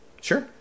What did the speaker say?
Sure